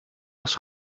was